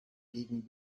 gegen